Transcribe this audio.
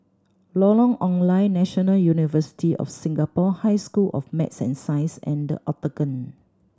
Lorong Ong Lye National University of Singapore High School of Math and Science and The Octagon